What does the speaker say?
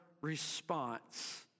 response